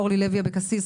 אורלי לוי אבקסיס,